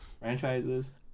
franchises